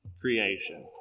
creation